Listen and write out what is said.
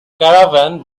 caravan